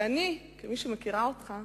כמי שמכירה אותך,